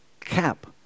cap